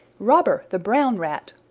robber the brown rat,